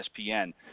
ESPN